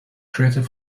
created